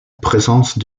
présence